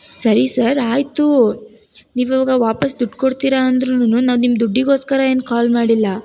ಸರಿ ಸರ್ ಆಯ್ತು ನೀವು ಇವಾಗ ವಾಪಸ್ಸು ದುಡ್ಡು ಕೊಡ್ತೀರ ಅಂದ್ರುನು ನಾವು ನಿಮ್ಮ ದುಡ್ಡಿಗೋಸ್ಕರ ಏನು ಕಾಲ್ ಮಾಡಿಲ್ಲ